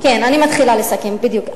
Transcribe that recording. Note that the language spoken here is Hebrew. כן, אני מתחילה לסכם, בדיוק.